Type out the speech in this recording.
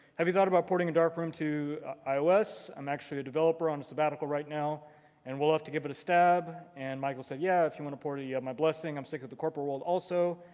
have you thought about porting a dark room to ios? i'm actually a developer on a sabbatical right now and would love to give it a stab. and michael said, yeah, if you want to port it you have my blessing, i'm sick of the corporate world, also.